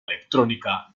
electrónica